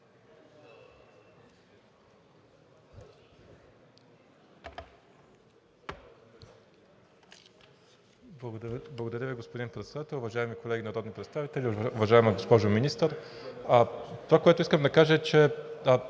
Благодаря Ви, господин Председател. Уважаеми колеги народни представители, уважаема госпожо Министър! Това, което искам да кажа, е,